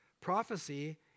Prophecy